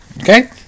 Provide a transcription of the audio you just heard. Okay